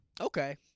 Okay